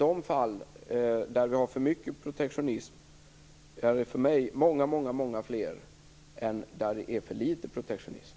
De fall där det är för mycket protektionism är för mig många fler än de där det är för litet protektionism.